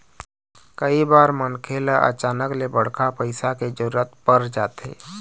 कइ बार मनखे ल अचानक ले बड़का पइसा के जरूरत पर जाथे